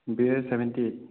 B A seventy eight